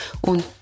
Und